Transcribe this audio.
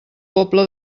pobla